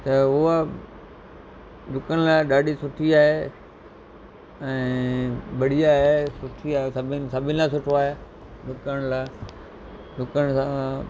त उहा डुकण लाइ ॾाढी सुठी आहे ऐं बढ़िया आहे सुठी आहे सभिनि सभिनि लाइ सुठो आहे डुकण लाइ डुकण सां